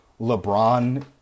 LeBron